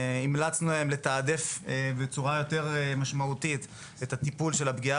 המלצנו להן לתעדף בצורה יותר משמעותית את הטיפול של הפגיעה